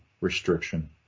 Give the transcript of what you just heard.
restriction